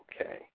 Okay